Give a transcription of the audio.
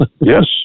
Yes